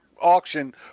auction